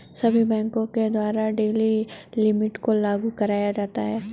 सभी बैंकों के द्वारा डेली लिमिट को लागू कराया जाता है